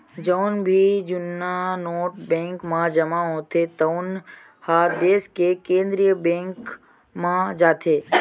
जउन भी जुन्ना नोट बेंक म जमा होथे तउन ह देस के केंद्रीय बेंक म जाथे